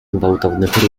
gwałtownych